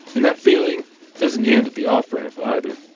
and that feeling doesn't end at the off-ramp either.